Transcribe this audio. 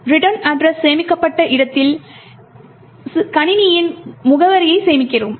return address சேமிக்கப்பட்ட இடத்தில் கணினியின் முகவரியை சேமிக்கிறோம்